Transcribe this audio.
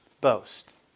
boast